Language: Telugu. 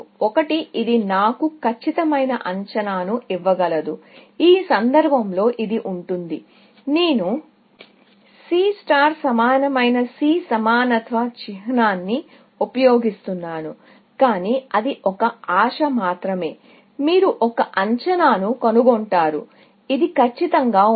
ఒకటి ఇది నాకు ఖచ్చితమైన అంచనాను ఇవ్వగలదు ఈ సందర్భంలో ఇది ఉంటుంది నేను C నక్షత్రానికి సమానమైన C సమానత్వ చిహ్నాన్ని ఉపయోగిస్తాను కానీ అది ఒక ఆశ మాత్రమే మీరు ఒక అంచనాను కనుగొంటారు ఇది ఖచ్చితంగా ఉంది